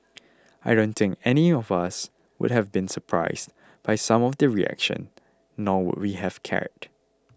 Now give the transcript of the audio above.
I don't think anyone of us would have been surprised by some of the reaction nor would we have cared